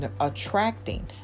attracting